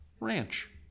Ranch